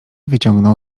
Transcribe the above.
wyciągnął